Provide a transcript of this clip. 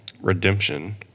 redemption